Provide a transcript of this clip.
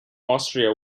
austria